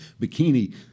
bikini